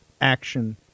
action